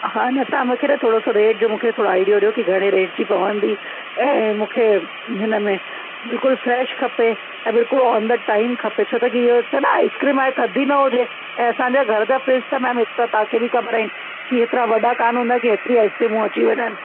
हा न तव्हां मूंखे न थोरो सो रेट जो मूंखे थोरो आइडियो ॾियो की घणे रेट जी पवंदी ऐं मूंखे हिनमें बिल्कुलु फ़्रेश खपे ऐं बिल्कुलु ऑन त टाइम खपे छो त की इहो आइसक्रीम आहे थद्दी न हुजे ऐं असांजा घर जा फ़्रिज त मैम हीअ सभु त तव्हांखे बि ख़बर आहिनि की एतिरा वॾा कोन्ह हूंदा की एतिरी आइसक्रीमूं अची वञनि